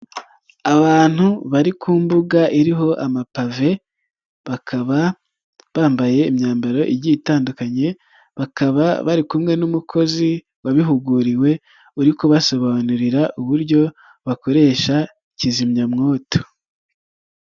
Abantu bari ku mbuga iriho amapave bakaba bambaye imyambaro igiye itandukanye bakaba bari kumwe n'umukozi wabihuguriwe uri kubasobanurira uburyo bakoresha kizimyamwoto.